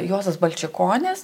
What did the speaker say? juozas balčikonis